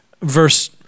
verse